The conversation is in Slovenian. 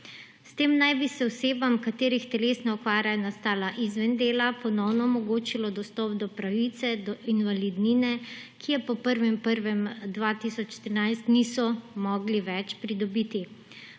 S tem naj bi se osebam, katerih telesna okvara je nastala izven dela, ponovno omogočilo dostop do pravice do invalidnine, ki je po 1. 1. 2013 niso mogli več pridobiti.